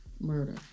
murder